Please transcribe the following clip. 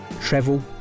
Travel